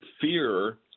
fear